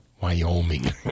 Wyoming